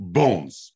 bones